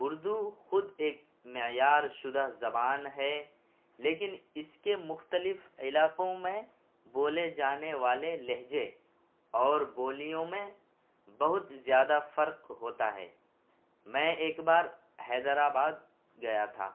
اردو خود ایک معیارشدہ زبان ہے لیکن اس کے مختلف علاقوں میں بولے جانے والے لہجے اور بولیوں میں بہت زیادہ فرق ہوتا ہے میں ایک بار حیدرآباد گیا تھا